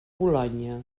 bolonya